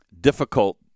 difficult